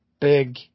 big